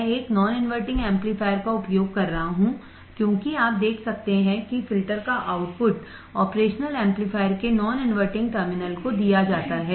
मैं एक non inverting amplifier का उपयोग कर रहा हूं क्योंकि आप देख सकते हैं कि फिल्टर का आउटपुट ऑपरेशनल एम्पलीफायर operational amplifierके नॉन इनवर्टिंग टर्मिनल को दिया जाता है